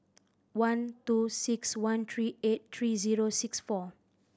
one two six one three eight three zero six four